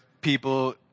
people